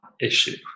issue